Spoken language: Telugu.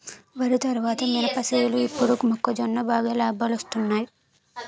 వరి తరువాత మినప సేలు ఇప్పుడు మొక్కజొన్న బాగా లాబాలొస్తున్నయ్